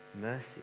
mercy